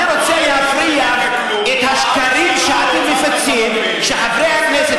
אני רוצה להפריך את השקרים שאתם מפיצים שחברי הכנסת